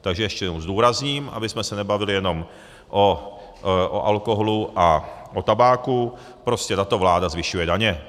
Takže ještě jednou zdůrazním, abychom se nebavili jenom o alkoholu a tabáku, prostě tato vláda zvyšuje daně.